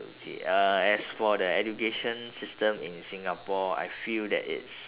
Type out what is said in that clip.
okay uh as for the education system in singapore I feel that it's